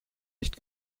nicht